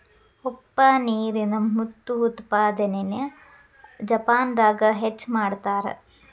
ಉಪ್ಪ ನೇರಿನ ಮುತ್ತು ಉತ್ಪಾದನೆನ ಜಪಾನದಾಗ ಹೆಚ್ಚ ಮಾಡತಾರ